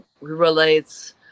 relates